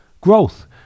growth